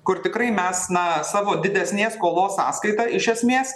kur tikrai mes na savo didesnės skolos sąskaita iš esmės